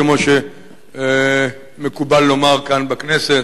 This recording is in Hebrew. כמו שמקובל לומר כאן בכנסת,